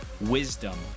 wisdom